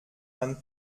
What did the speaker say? man